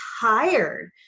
tired